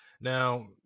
now